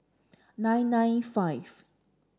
nine nine five